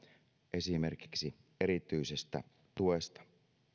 esimerkiksi erityisestä tuesta